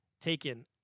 taken